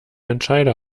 entscheider